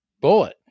bullet